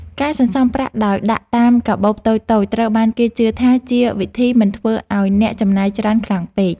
ការសន្សំប្រាក់ដោយដាក់តាមកាបូបតូចៗត្រូវបានគេជឿថាជាវិធីមិនធ្វើឱ្យអ្នកចំណាយច្រើនខ្លាំងពេក។